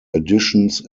additions